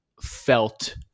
felt